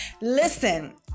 Listen